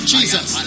Jesus